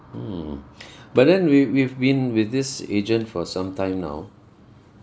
mm but then we we've been with this agent for some time now